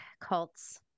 cults